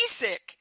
Basic